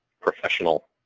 professional